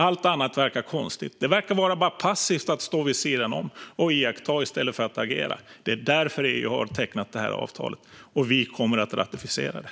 Allt annat vore konstigt, och det verkar bara passivt att stå vid sidan om och iaktta i stället för att agera. Det är alltså därför EU har tecknat detta avtal, och vi kommer att ratificera det.